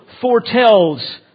foretells